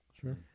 sure